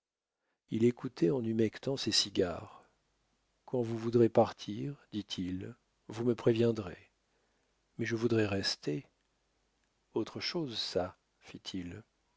il écoutait en humectant ses cigares quand vous voudrez partir dit-il vous me préviendrez mais je voudrais rester autre chose ça fit-il